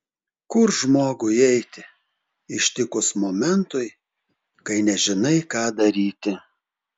kur žmogui eiti ištikus momentui kai nežinai ką daryti